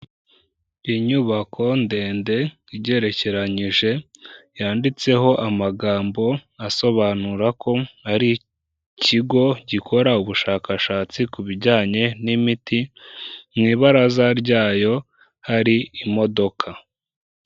Inyubako ndende, igerekeranyije, yanditseho amagambo asobanura ko, ari ikigo gikora ubushakashatsi ku bijyanye n'imiti, mu ibaraza ryayo hari imodoka.